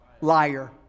Liar